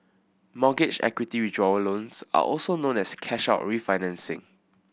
mortgage equity withdrawal loans are also known as cash out refinancing